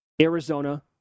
Arizona